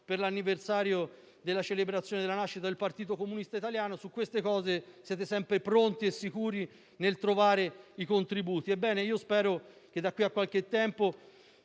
dell'anniversario della nascita del Partito comunista italiano; su queste cose siete sempre pronti e sicuri di trovare i contributi.